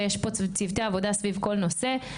ויש פה צוותי עבודה סביב כל נושא.